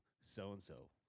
so-and-so